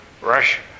Russia